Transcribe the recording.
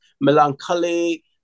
melancholy